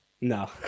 no